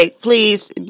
please